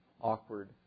awkward